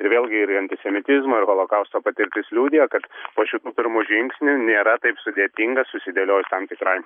ir vėlgi ir į antisemitizmo ir holokausto patirtis liudija kad po šitų pirmų žingsnių nėra taip sudėtinga susidėliojus tam tikrai